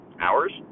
hours